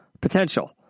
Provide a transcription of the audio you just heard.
potential